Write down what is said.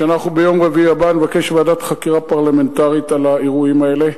אנחנו ביום רביעי הבא נבקש ועדת חקירה פרלמנטרית על האירועים האלה,